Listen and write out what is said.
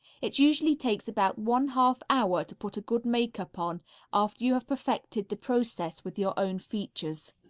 it usually takes about one-half hour to put a good makeup on after you have perfected the process with your own features.